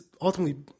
ultimately